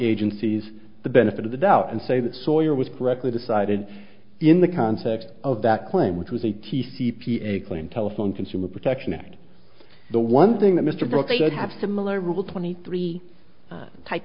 agencies the benefit of the doubt and say that sawyer was correctly decided in the context of that claim which was a t c p a claim telephone consumer protection act the one thing that mr brooks should have similar rule twenty three type